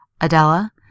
Adela